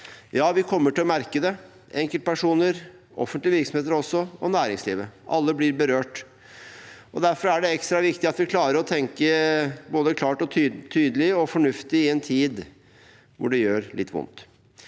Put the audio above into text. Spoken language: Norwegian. Ja, vi kommer til å merke det, både enkeltpersoner, offentlige virksomheter og næringslivet. Alle blir berørt, og derfor er det ekstra viktig at vi klarer å tenke både klart, tydelig og fornuftig i en tid hvor det gjør litt vondt.